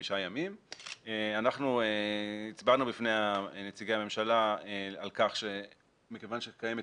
אנחנו הצבענו בפני נציגי הממשלה על כך שמכיוון שקיימת